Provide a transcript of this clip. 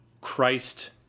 Christ